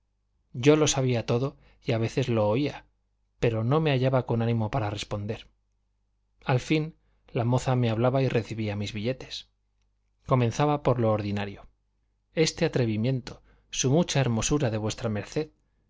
yo lo sabía todo y a veces lo oía pero no me hallaba con ánimo para responder al fin la moza me hablaba y recibía mis billetes comenzaba por lo ordinario este atrevimiento su mucha hermosura de